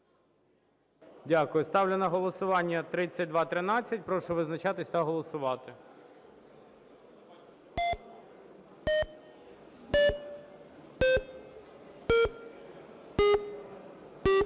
Дякую. Ставлю на голосування 3218. Прошу визначатись та голосувати.